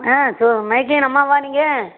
ஆ மைக்கில் அம்மாவா நீங்கள்